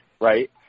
right